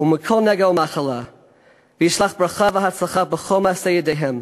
ומכל נגע ומחלה וישלח ברכה והצלחה בכל מעשה ידיהם.